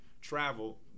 Travel